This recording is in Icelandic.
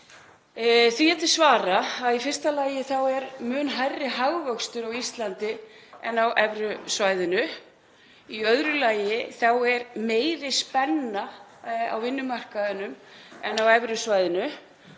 Því er til að svara að í fyrsta lagi er mun hærri hagvöxtur á Íslandi en á evrusvæðinu. Í öðru lagi þá er meiri spenna á vinnumarkaðnum en á evrusvæðinu